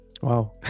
Wow